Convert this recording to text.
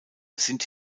sind